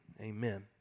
Amen